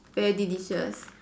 very delicious